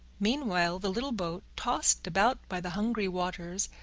meanwhile, the little boat, tossed about by the angry waters,